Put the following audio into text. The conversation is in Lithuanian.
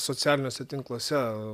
socialiniuose tinkluose